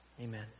Amen